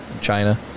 China